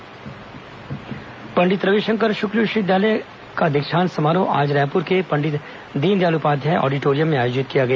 दीक्षांत समारोह पंडित रविशंकर शुक्ल विश्वविद्यालय दीक्षांत समारोह आज रायपुर के पंडित दीनदयाल उपाध्याय आडिटोरियम में आयोजित किया गया